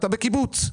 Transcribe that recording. אתה בקיבוץ.